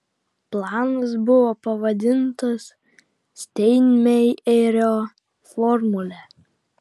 planas buvo pavadintas steinmeierio formule